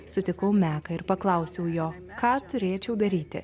sutikau meką ir paklausiau jo ką turėčiau daryti